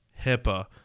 HIPAA